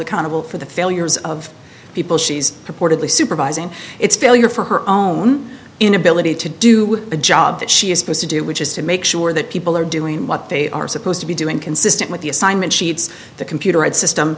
accountable for the failures of people she's purportedly supervising it's failure for her own inability to do with the job that she is supposed to do which is to make sure that people are doing what they are supposed to be doing consistent with the assignment sheets the computer and system